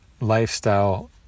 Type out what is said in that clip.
lifestyle